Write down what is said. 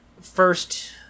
first